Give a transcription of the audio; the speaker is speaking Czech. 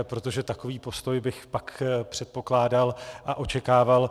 Protože takový postoj bych pak předpokládal a očekával.